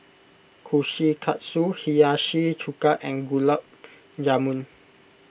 Kushikatsu Hiyashi Chuka and Gulab Jamun